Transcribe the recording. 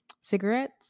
cigarettes